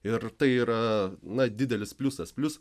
ir tai yra na didelis pliusas plius